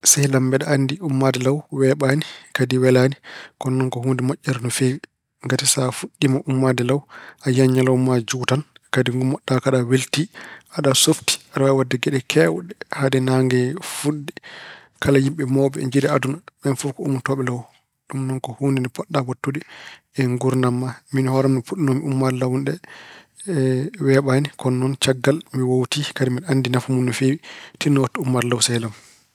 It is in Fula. Sehil am, mbeɗa anndi ummaade law weeɓaani kadi welaani ko noon ko moƴƴere no feewi. Ngati so a fuɗɗiima ummaade law, a yiyan ñalawma ma juutan ngati ngummoto-ɗa ko aɗa weltii, aɗa softi. Aɗa waawi waɗde geɗe keewɗe hade naange fuɗde. Kala yimɓe mawɓe ɓe njiyɗa e aduna, ɓeen fof ko ummotooɓe law. Ɗum noon ko huunde nde poɗɗa waɗtude e nguurndam ma. Miin hoore am nde puɗɗinoomi ummaade law nde weeɓaani kono noon caggal mi woowti. Kadi mi anndi nafa mun no feewi. Tinno waɗtu ummaade law sehil am.